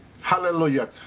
Hallelujah